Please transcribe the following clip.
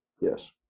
Yes